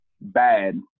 bad